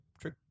true